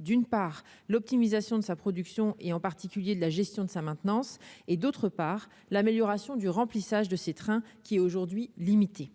d'une part l'optimisation de sa production, et en particulier de la gestion de sa maintenance et, d'autre part, l'amélioration du remplissage de ces trains qui est aujourd'hui limitée,